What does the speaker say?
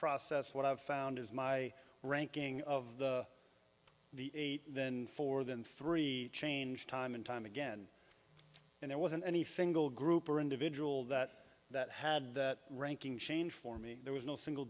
process what i've found is my ranking of the the eight then four than three changed time and time again and there wasn't any fingal group or individual that that had that ranking change for me there was no single